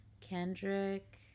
Kendrick